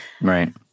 right